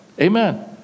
Amen